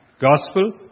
gospel